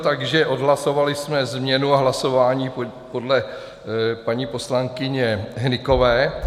Takže odhlasovali jsme změnu a hlasování podle paní poslankyně Hnykové.